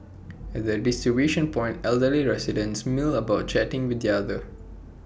at the distribution point elderly residents mill about chatting with the other